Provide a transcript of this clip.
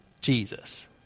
Jesus